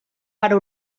per